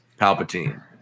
palpatine